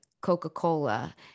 Coca-Cola